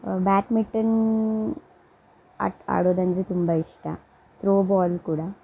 badminton ಆಟ ಆಡೋದಂದರೆ ತುಂಬ ಇಷ್ಟ ತ್ರೋಬಾಲ್ ಕೂಡ